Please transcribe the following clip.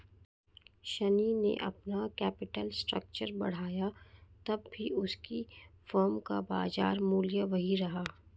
शनी ने अपना capital structure बढ़ाया तब भी उसकी फर्म का बाजार मूल्य वही रहा